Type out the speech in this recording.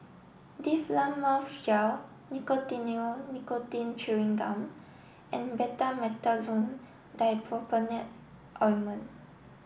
Difflam Mouth Gel Nicotinell Nicotine Chewing Gum and Betamethasone Dipropionate Ointment